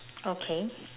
okay